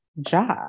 job